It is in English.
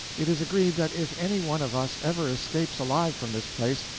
it is agreed that if any one of us ever escapes alive from this place,